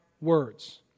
words